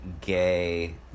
gay